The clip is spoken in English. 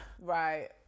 Right